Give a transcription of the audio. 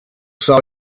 saw